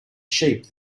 sheep